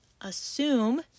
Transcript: assume